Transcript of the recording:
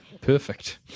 perfect